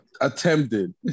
attempted